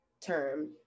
term